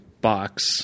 box